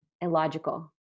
illogical